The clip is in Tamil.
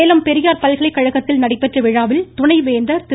சேலம் பெரியார் பல்கலைக்கழகத்தில் நடைபெற்ற விழாவில் துணைவேந்தர் திரு